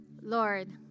Lord